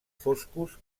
foscos